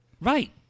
Right